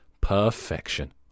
Perfection